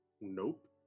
Nope